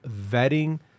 vetting